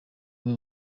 muri